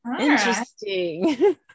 interesting